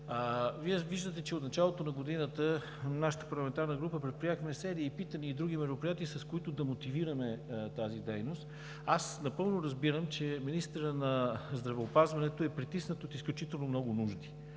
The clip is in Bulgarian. Вие виждате, че от началото на годината от нашата парламентарна група предприехме серия питания и други мероприятия, с които да мотивираме тази дейност. Аз напълно разбирам, че министърът на здравеопазването е притиснат от изключително много нужди,